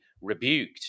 rebuked